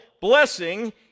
blessing